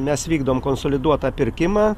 mes vykdom konsoliduotą pirkimą